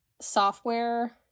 software